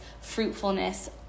fruitfulness